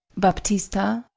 baptista.